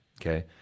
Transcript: Okay